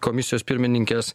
komisijos pirmininkės